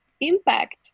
impact